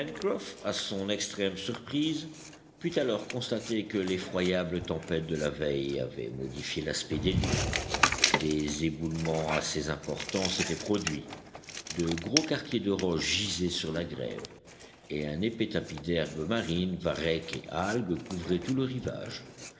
à son extrême surprise put alors constater que l'effroyable tempête de la veille avait modifié l'aspect des lieux des éboulements assez importants s'étaient produits de gros quartiers de roche gisaient sur la grève et un épais tapis d'herbes marines varechs et algues couvrait tout le rivage